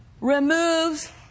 removes